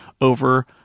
over